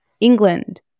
England